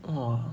!wah!